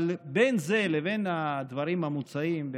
אבל בין זה לבין הדברים המוצעים,